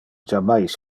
jammais